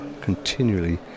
continually